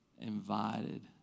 invited